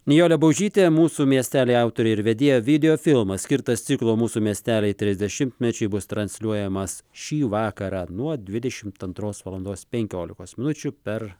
nijolė baužytė mūsų miesteliai autorė ir vedėja videofilmas skirtas ciklo mūsų miesteliai trisdešimtmečiui bus transliuojamas šį vakarą nuo dvidešimt antros valandos penkiolikos minučių per